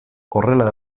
horrela